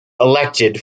elected